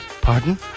Pardon